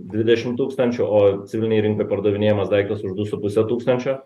dvidešimt tūkstančių o civilinėj rinkoj pardavinėjamas daiktas už du su puse tūkstančio